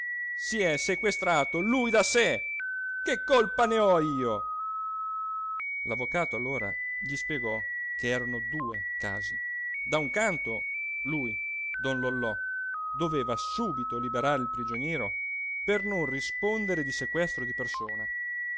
si è sequestrato lui da sé che colpa ne ho io l'avvocato allora gli spiegò che erano due casi da un canto lui don lollò doveva subito liberare il prigioniero per non rispondere di sequestro di persona